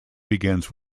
begins